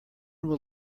will